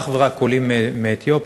אך ורק עולים מאתיופיה,